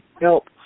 help